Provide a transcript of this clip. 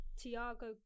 Tiago